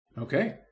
Okay